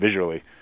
visually